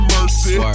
Mercy